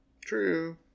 True